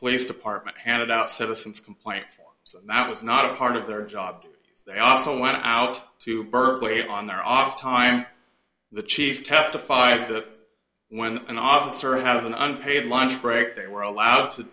police department handed out citizens complaints so that was not a part of their job they also went out to berkeley on their off time the chief testified that when an officer had an unpaid lunch break they were allowed to